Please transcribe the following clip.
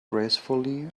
gracefully